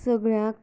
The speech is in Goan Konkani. सगळ्यांक